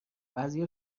بعضیا